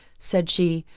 said she,